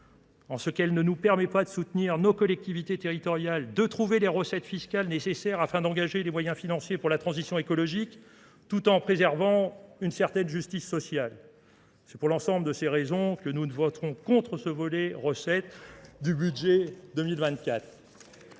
en ce qu'elle ne nous permet pas de soutenir nos collectivités territoriales, de trouver les recettes fiscales nécessaires afin d'engager les moyens financiers pour la transition écologique, tout en préservant une certaine justice sociale. C'est pour l'ensemble de ces raisons que nous ne voterons contre ce volet recette du budget 2024.